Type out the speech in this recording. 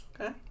Okay